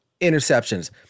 interceptions